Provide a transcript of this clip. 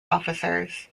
officers